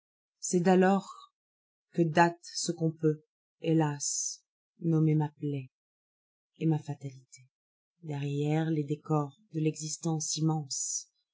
g'esi d'alors que date ce qu on peut hélas nommer ma plaie et ma fatalité derrière les décors de l'existence immense